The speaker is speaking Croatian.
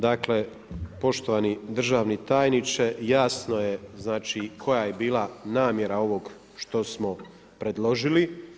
Dakle poštovani državni tajniče, jasno je znači koja je bila namjera ovog što smo predložili.